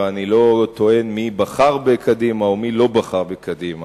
ואני לא טוען מי בחר בקדימה או מי לא בחר בקדימה.